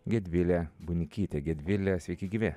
gedvilė bunikytė gedvile sveiki gyvi